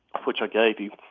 which i gave you,